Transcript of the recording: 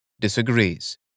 disagrees